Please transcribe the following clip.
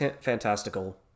fantastical